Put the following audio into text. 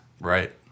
Right